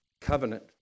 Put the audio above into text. covenant